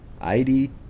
id